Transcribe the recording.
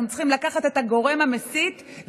אנחנו צריכים לקחת את הגורם המסית,